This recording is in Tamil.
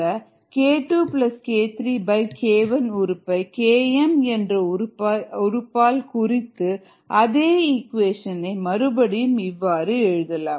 EtSk2k3k1S ES இதிலுள்ள k2k3k1 உறுப்பை Km என்ற உறுப்பால் குறித்து அதே ஈக்குவேஷன்ஐ மறுபடியும் இவ்வாறு எழுதலாம்